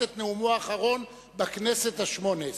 את נאומו האחרון בכנסת השמונה-עשרה.